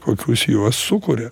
kokius juos sukuria